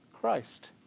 Christ